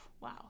wow